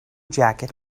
jacket